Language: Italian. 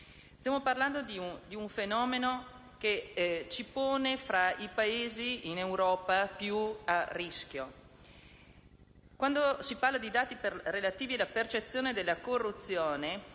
Stiamo parlando di un fenomeno che ci pone in Europa fra i Paesi più a rischio. Quando si parla di dati relativi alla percezione della corruzione,